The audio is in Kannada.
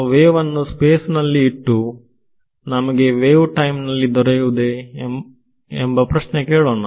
ನಾವು ವೇವ್ ಅನ್ನು ಸ್ಪೇಸ್ ನಲ್ಲಿ ಇಟ್ಟು ನಮಗೆ ವೇವ್ ಟೈಮ್ ನಲ್ಲಿ ದೊರೆಯುವುದೇ ಎಂಬ ಪ್ರಶ್ನೆ ಕೇಳೋಣ